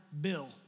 bill